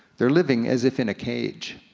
they're living as if in a cage.